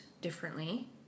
differently